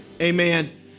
Amen